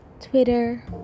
Twitter